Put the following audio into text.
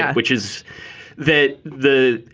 which is that the